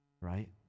right